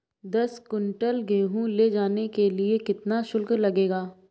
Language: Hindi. दस कुंटल गेहूँ ले जाने के लिए कितना शुल्क लगेगा?